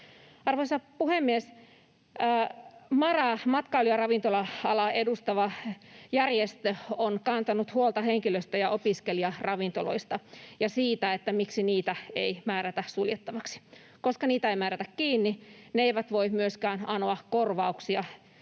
Arvoisa puhemies! MaRa, matkailu- ja ravintola-alaa edustava järjestö, on kantanut huolta henkilöstö- ja opiskelijaravintoloista ja siitä, miksi niitä ei määrätä suljettavaksi. Koska niitä ei määrätä kiinni, ne eivät voi myöskään anoa korvauksia